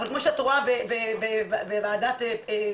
אבל כמו שאת רואה בוועדת פלג,